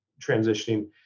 transitioning